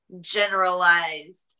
generalized